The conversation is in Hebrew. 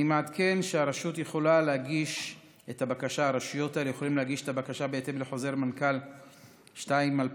אני מעדכן שהרשות יכולה להגיש את הבקשה בהתאם לחוזר מנכ"ל 2/2020,